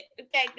okay